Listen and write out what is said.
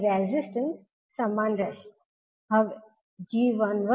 અને રેઝિસ્ટન્સ સમાન રહેશે